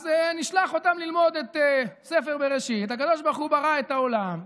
אז נשלח אותם ללמוד את ספר בראשית: הקדוש ברוך הוא ברא את העולם,